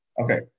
Okay